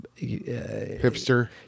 hipster